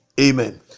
amen